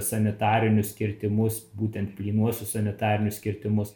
sanitarinius kirtimus būtent plynuosius sanitarinius kirtimus